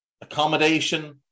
accommodation